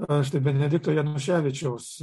štai benedikto januševičiaus